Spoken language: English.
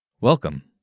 Welcome